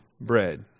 bread